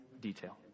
detail